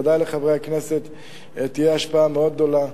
ודאי לחברי הכנסת תהיה השפעה מאוד גדולה.